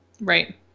Right